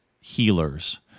healers